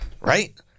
right